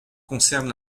concerne